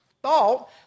thought